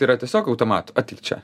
tai yra tiesiog automatu ateik čia